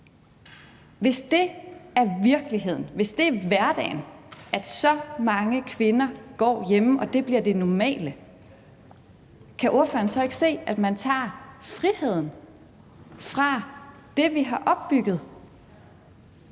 Hvis det er virkeligheden, hvis det er hverdagen, at så mange kvinder går hjemme, og at det bliver det normale, kan ordføreren så ikke se, at man tager friheden fra det, vi har opbygget?